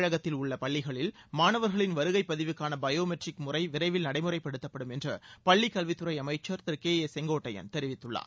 தமிழகத்தில் உள்ள பள்ளிகளில் மாணவர்களின் வருகைப்பதிவுக்கான பயோ மெட்ரிக் முறை விரைவில் நடைமுறைப்படுத்தப்படும் என்ற பள்ளிக் கல்வித்துறை அமைச்சர் திரு கே ஏ செங்கோட்டையள் தெரிவித்குள்ளார்